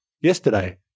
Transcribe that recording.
Yesterday